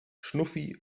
schnuffi